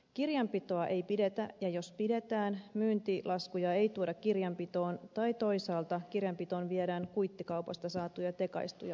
kirjanpitoa ei pidetä ja jos pidetään myyntilaskuja ei tuoda kirjanpitoon tai toisaalta kirjanpitoon viedään kuittikaupoista saatuja tekaistuja ostolaskuja